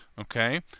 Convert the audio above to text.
Okay